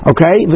Okay